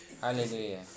Hallelujah